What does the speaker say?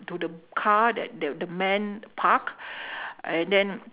to the car that that the man park and then